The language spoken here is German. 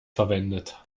verwendet